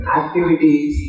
activities